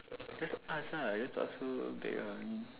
just ask lah just ask her back ah i mean